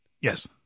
Yes